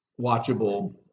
watchable